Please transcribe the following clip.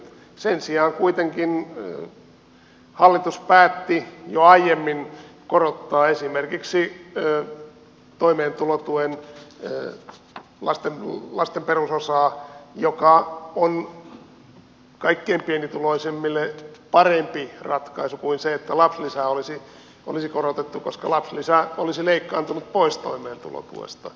sen sijaan kuitenkin hallitus päätti jo aiemmin korottaa esimerkiksi toimeentulotuen lasten perusosaa mikä on kaikkein pienituloisimmille parempi ratkaisu kuin se että lapsilisää olisi korotettu koska lapsilisä olisi leikkaantunut pois toimeentulotuesta